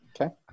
Okay